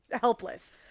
helpless